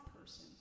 person